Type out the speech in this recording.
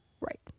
Right